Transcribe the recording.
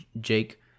Jake